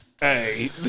Hey